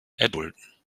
erdulden